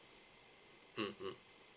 mm mm